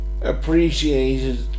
Appreciated